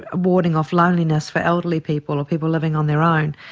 ah warding off loneliness for elderly people or people living on their own,